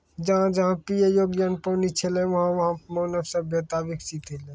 जहां जहां पियै योग्य पानी छलै वहां वहां मानव सभ्यता बिकसित हौलै